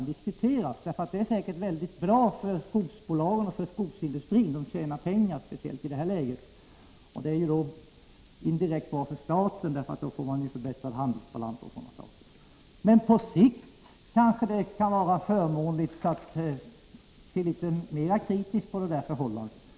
Det är säkert mycket bra för skogsbolagen och skogsindustrin — de tjänar pengar, speciellt i detta läge — och det är indirekt bra för staten, därför att handelsbalansen förbättras osv. Men på sikt kanske det kan vara förmånligt att se litet mera kritiskt på detta förhållande.